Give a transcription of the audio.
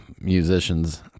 musicians